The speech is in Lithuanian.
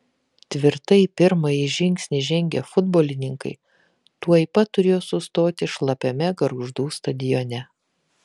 tvirtai pirmąjį žingsnį žengę futbolininkai tuoj pat turėjo sustoti šlapiame gargždų stadione